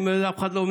אף אחד לא,